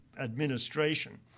administration